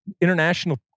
international